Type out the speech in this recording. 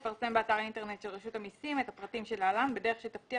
יפרסם באתר האינטרנט של רשות המסים את הפרטים שלהלן בדרך שתבטיח